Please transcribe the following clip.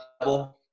double